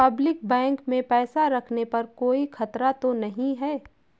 Public bank में पैसा रखने पर कोई खतरा तो नहीं है?